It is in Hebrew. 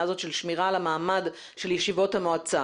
של שמירה על המעמד של ישיבות המועצה.